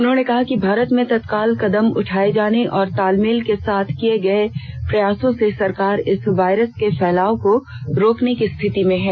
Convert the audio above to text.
उन्होंने कहा कि भारत में तत्काल कदम उठाये जाने और तालमेल के साथ किये गये प्रयासों से सरकार इस वायरस के फैलाव को रोकने की स्थिति में है